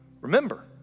Remember